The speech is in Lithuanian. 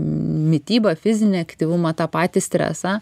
mitybą fizinį aktyvumą tą patį stresą